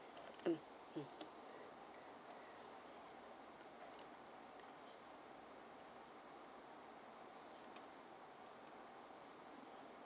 mm mm